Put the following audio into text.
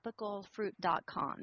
tropicalfruit.com